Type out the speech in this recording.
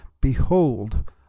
Behold